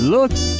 Look